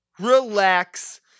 relax